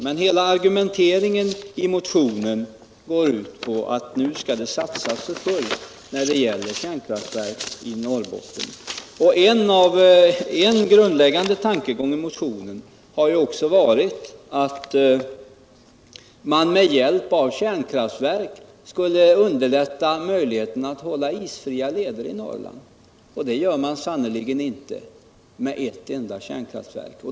Men hela argumenteringen i motionen går ut på att det nu skall satsas för fullt när det gäller kärnkraftverk i Norrland. En grundläggande tankegång 1 motionen har också varit att man med hjälp av kärnkraftverk skulle underlätta möjligheterna att hålla isfria leder i Norrland. Det gör man sannerligen inte med ett enda kärnkraftverk.